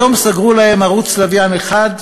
היום סגרו להם ערוץ לוויין אחד,